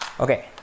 Okay